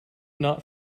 not